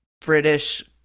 British